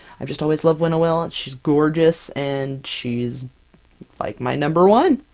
i've just always loved winnowill! and she's gorgeous, and she's like my number one,